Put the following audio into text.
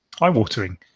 eye-watering